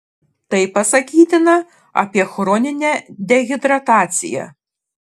tai pasakytina apie chroninę dehidrataciją